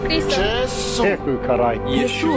Jesus